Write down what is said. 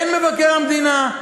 אין מבקר המדינה?